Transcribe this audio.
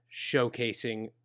showcasing